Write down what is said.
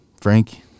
Frank